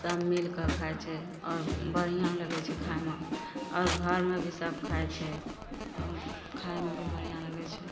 सब मिल कऽ खाइ छै आओर बढ़िआँ लगय छै खाइमे आओर घरमे भी सब खाइ छै खाइमे भी बढ़िआँ लगय छै